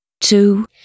two